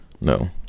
No